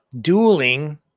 Dueling